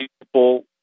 people